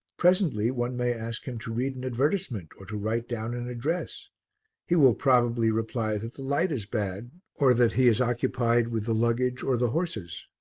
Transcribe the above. presently one may ask him to read an advertisement, or to write down an address he will probably reply that the light is bad, or that he is occupied with the luggage or the horses.